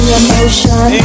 emotion